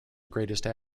greater